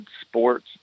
Sports